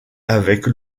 avec